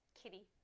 kitty